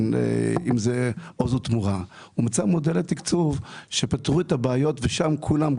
אם זה עוז לתמורה הוא מצא מודל לתקצוב ופתרו את הבעיות ושם כולם,